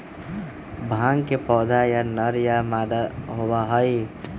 भांग के पौधा या नर या मादा होबा हई